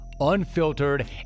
unfiltered